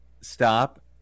stop